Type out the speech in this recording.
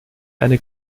eine